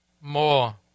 more